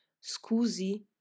Scusi